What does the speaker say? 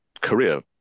career